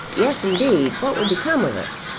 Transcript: yes indeed, what would become of us?